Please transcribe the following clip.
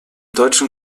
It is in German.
deutschen